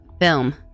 film